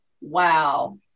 Wow